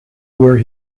where